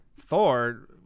Thor